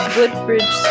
Woodbridge